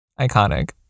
iconic